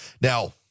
Now